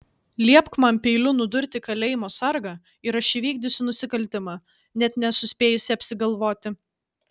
liepk man peiliu nudurti kalėjimo sargą ir aš įvykdysiu nusikaltimą net nesuspėjusi apsigalvoti